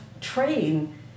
train